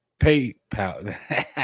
PayPal